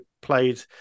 played